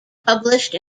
published